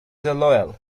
loyal